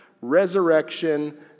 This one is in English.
resurrection